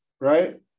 right